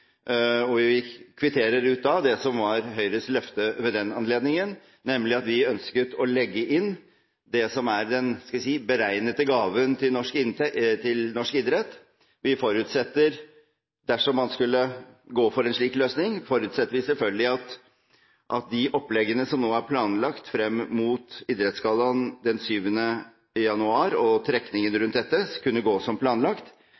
og vi kvitterer ut det som var Høyres løfte den gangen, nemlig at vi ønsket å legge inn det som er den – skal vi si – beregnede gaven til norsk idrett. Dersom man skulle gå for en slik løsning, forutsetter vi selvfølgelig at de oppleggene som nå er planlagt frem mot Idrettsgallaen den 7. januar, og trekningen rundt dette, kan gå som planlagt.